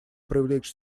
привлечь